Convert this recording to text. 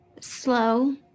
slow